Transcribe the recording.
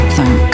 Thank